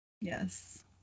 Yes